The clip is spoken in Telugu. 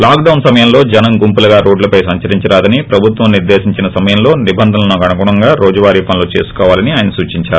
లాక్డొన్ సమయంలో జనం గుంపులుగా రోడ్లపై సంచరించరాదని ప్రభుత్వం నిర్దేశించిన సమయంలో నిబంధనలకు అనుగుణంగా రోజువారీ పనులు చేసుకోవాలని ఆయన సూచించారు